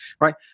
right